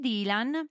Dylan